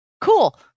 Cool